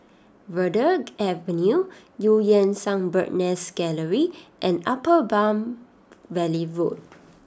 Verde Avenue Eu Yan Sang Bird's Nest Gallery and Upper Palm Valley Road